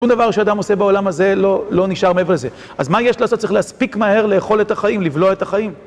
כל דבר שאדם עושה בעולם הזה לא נשאר מעבר לזה. אז מה יש לעשות? צריך להספיק מהר? לאכול את החיים? לבלוע את החיים?